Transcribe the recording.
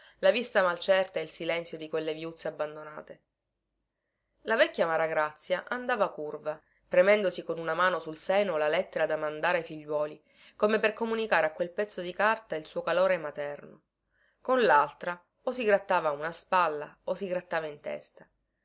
la vista malcerta e il silenzio di quelle viuzze abbandonate la vecchia maragrazia andava curva premendosi con una mano sul seno la lettera da mandare ai figliuoli come per comunicare a quel pezzo di carta il suo calore materno con laltra o si grattava a una spalla o si grattava in testa